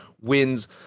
wins